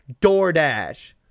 DoorDash